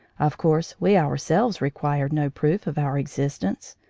of course, we ourselves required no proof of our existence,